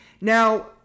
Now